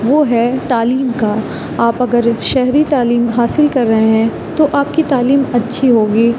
وہ ہے تعلیم کا آپ اگر ایک شہری تعلیم حاصل کر رہے ہیں تو آپ کی تعلیم اچھی ہوگی